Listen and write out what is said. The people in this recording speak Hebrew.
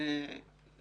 אלה החריגות, תראה.